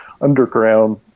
Underground